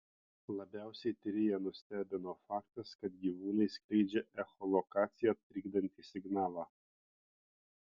labiausiai tyrėją nustebino faktas kad gyvūnai skleidžia echolokaciją trikdantį signalą